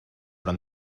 però